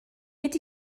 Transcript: ydy